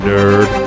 Nerd